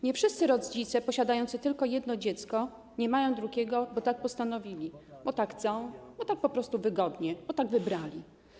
Nie wszyscy rodzice posiadający tylko jedno dziecko nie mają drugiego, bo tak postanowili, bo tak chcą, bo tak po prostu wygodnie, bo tak wybrali.